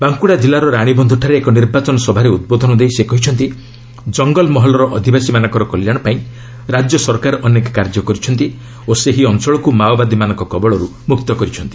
ବାଙ୍କୁଡ଼ା କିଲ୍ଲାର ରାଣୀବନ୍ଧ ଠାରେ ଏକ ନିର୍ବାଚନ ସଭାରେ ଉଦ୍ବୋଧନ ଦେଇ ସେ କହିଛନ୍ତି କଙ୍ଗଲମହଲର ଅଧିବାସୀମାନଙ୍କର କଲ୍ୟାଣ ପାଇଁ ରାଜ୍ୟ ସରକାର ଅନେକ କାର୍ଯ୍ୟ କରିଛନ୍ତି ଓ ସେହି ଅଞ୍ଚଳକୁ ମାଓବାଦୀମାନଙ୍କ କବଳରୁ ମୁକ୍ତ କରିଛନ୍ତି